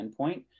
endpoint